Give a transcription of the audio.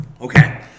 Okay